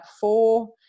four